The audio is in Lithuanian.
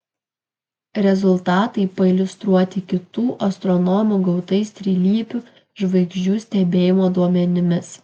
rezultatai pailiustruoti kitų astronomų gautais trilypių žvaigždžių stebėjimo duomenimis